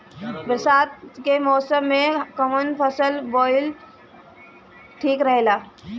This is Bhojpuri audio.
बरसात के मौसम में कउन फसल बोअल ठिक रहेला?